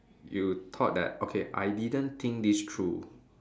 you thought that okay I didn't think this through